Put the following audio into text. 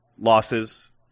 losses